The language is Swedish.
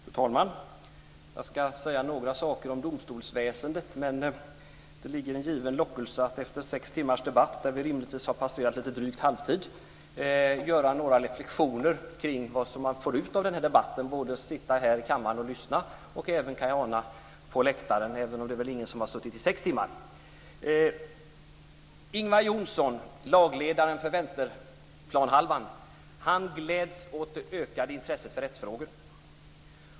Fru talman! Jag ska säga några saker om domstolsväsendet. Men det ligger en given lockelse att efter sex timmars debatt, där vi rimligtvis har passerat lite drygt halvtid, göra några reflexioner kring vad som går att få ut av debatten genom att sitta i kammaren och lyssna och även på läktaren - även om ingen där har suttit i sex timmar. Ingvar Johnsson, lagledaren för vänsterplanhalvan, gläds åt det ökade intresset för rättsfrågor.